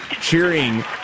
cheering